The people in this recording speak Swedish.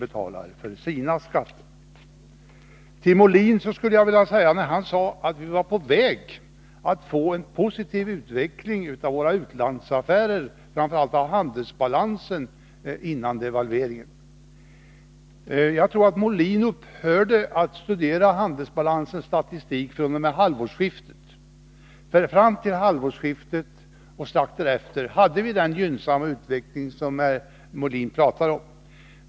Björn Molin sade att vi före devalveringen var på väg att få en positiv utveckling av våra utlandsaffärer, framför allt av handelsbalansen. Det verkar som om herr Molin fr.o.m. halvårsskiftet upphörde att studera statistiken över handelsbalansen. Fram till halvårsskiftet och en kort tid därefter hade vi den gynnsamma utveckling som herr Molin talar om.